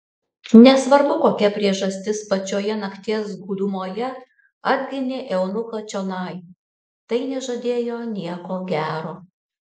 nesvarbu kokia priežastis pačioje nakties gūdumoje atginė eunuchą čionai tai nežadėjo nieko gero